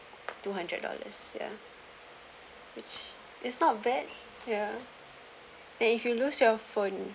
two hundred dollars ya which is not bad ya and if you lose your phone